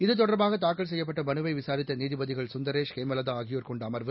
இத்தொடர்பாகதாக்கல் செய்யப்பட்டமனுவைவிசாரித்தநீதிபதிகள் கந்தரேஷ் ஹேமலதாஆகியோர் கொன்டஅமர்வு